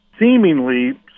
seemingly